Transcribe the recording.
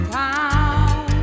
town